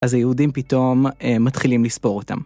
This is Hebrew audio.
אז היהודים פתאום מתחילים לספור אותם.